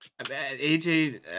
AJ